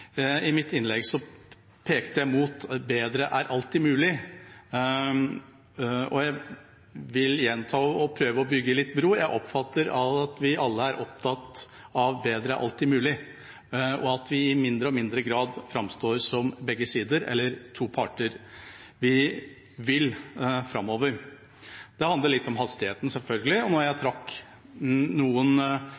I mitt innlegg pekte jeg mot at bedre er alltid mulig. Jeg vil gjenta det og prøve å bygge litt bro. Jeg oppfatter at vi alle er opptatt av at bedre alltid er mulig, og at vi i mindre og mindre grad framstår som begge sider eller som to parter. Vi vil framover. Det handler litt om hastigheten, selvfølgelig. Da jeg